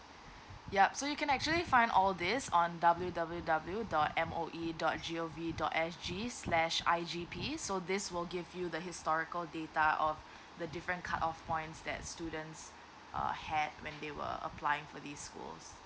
yup so you can actually find all this on W W W dot M O E dot G O V dot S G slash I G P so this will give you the historical data of the different cut off points that the students uh had when they were applying for these schools